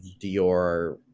Dior